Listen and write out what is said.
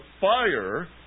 fire